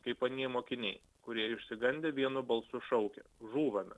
kaip anie mokiniai kurie išsigandę vienu balsu šaukia žūvame